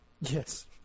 yes